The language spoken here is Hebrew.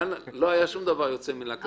כאן לא היה שום דבר יוצא מן הכלל.